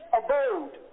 abode